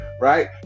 right